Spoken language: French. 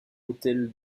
hôtel